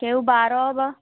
କେଉଁ ବାର ବା